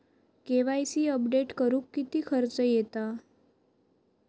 KYC update करुक किती खर्च येता?